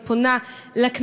אני פונה לכנסת,